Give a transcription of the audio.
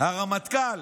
הרמטכ"ל